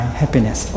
happiness